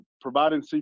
providing